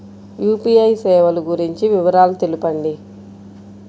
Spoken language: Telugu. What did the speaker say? యూ.పీ.ఐ సేవలు గురించి వివరాలు తెలుపండి?